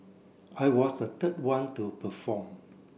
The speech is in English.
I was the third one to perform